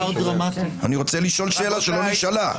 אני רוצה לשאול שאלה שלא נשאלה.